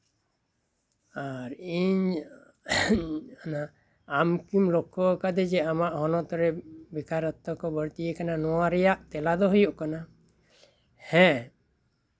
ᱟᱨ ᱤᱧ ᱚᱱᱟ ᱟᱢ ᱠᱤᱢ ᱞᱚᱠᱠᱷᱚᱣᱟᱠᱟᱫᱟ ᱡᱮ ᱟᱢᱟᱜ ᱦᱚᱱᱚᱛ ᱨᱮ ᱵᱮᱠᱟᱨᱚᱛᱛᱚ ᱠᱚ ᱵᱟᱹᱲᱛᱤᱭᱟᱠᱟᱱᱟ ᱱᱚᱣᱟ ᱨᱮᱭᱟᱜ ᱛᱮᱞᱟ ᱫᱚ ᱦᱩᱭᱩᱜ ᱠᱟᱱᱟ ᱦᱮᱸ